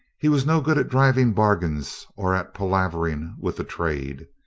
he was no good at driving bargains or at palavering with the trade.